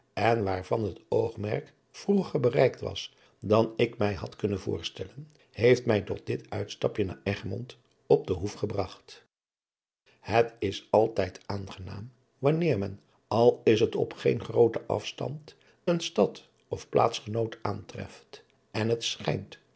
en waarvan het oogmerk vroeger bereikt was dan ik mij had kunnen voorstellen heeft mij tot dit uitstapje naar egmond op den hoef gebragt het is altijd aangenaam wanneer men al is het op geen grooten afstand een stad of plaats genoot aantreft en het schijnt